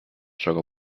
sugar